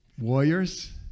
warriors